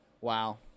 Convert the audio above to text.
Wow